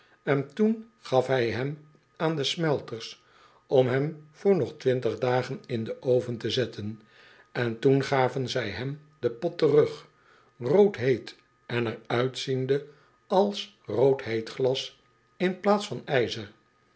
en toen gaf hij hem aan de smelters om hem voor nog twintig dagen in den oven te zetten en toen gaven zij hem den pot terug rood heet èn er uitziende als rood heet glas in plaats van ijzer